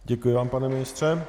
Děkuji vám, pane ministře.